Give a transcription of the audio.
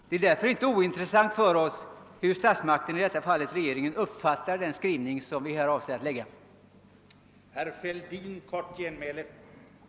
Det är därför inte ointressant för oss hur statsmakten, i detta fall regeringen, uppfattar den skrivning vi har avsett att lägga fram.